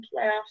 playoffs